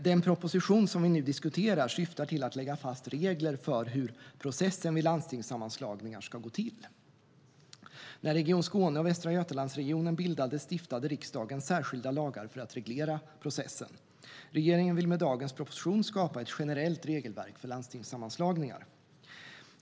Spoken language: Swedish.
Den proposition vi nu diskuterar syftar till att lägga fast regler för hur processen vid landstingssammanslagningar ska gå till. När Region Skåne och Västra Götalandsregionen bildades stiftade riksdagen särskilda lagar för att reglera processen. Regeringen vill med dagens proposition skapa ett generellt regelverk för landstingssammanslagningar.